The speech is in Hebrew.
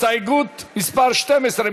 אם כן, הסתייגות מס' 11 לסעיף 1 לא נתקבלה.